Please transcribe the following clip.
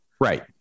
Right